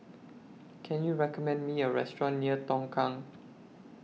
Can YOU recommend Me A Restaurant near Tongkang